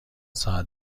ساعت